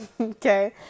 Okay